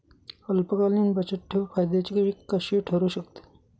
अल्पकालीन बचतठेव फायद्याची कशी ठरु शकते?